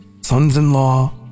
Sons-in-law